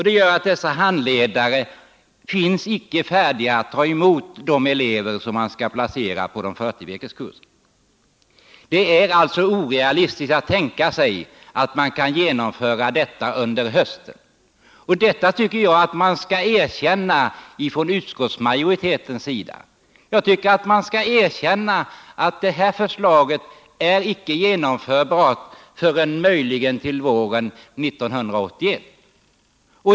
Det gör att dessa handledare inte är färdiga att ta emot de elever som skall placeras i 40-veckorskurserna. Det är alltså orealistiskt att tänka sig att detta kan genomföras till hösten. Det tycker jag att utskottsmajoriteten bör erkänna. Jag tycker att man skall erkänna att detta förslag inte är genomförbart förrän möjligen till våren 1981.